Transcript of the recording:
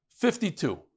52